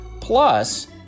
Plus